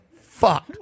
fuck